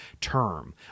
term